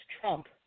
Trump